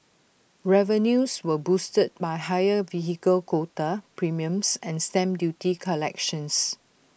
revenues were boosted by higher vehicle quota premiums and stamp duty collections